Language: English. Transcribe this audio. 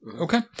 Okay